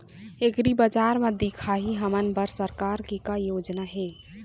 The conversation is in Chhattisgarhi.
एग्रीबजार म दिखाही हमन बर सरकार के का योजना हे?